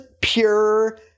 pure